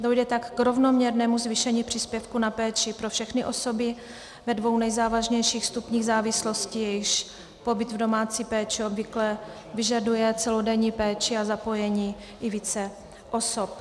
Dojde tak k rovnoměrnému zvýšení příspěvku na péči pro všechny osoby ve dvou nejzávažnějších stupních závislosti, jejichž pobyt v domácí péči obvykle vyžaduje celodenní péči a zapojení i více osob.